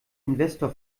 investor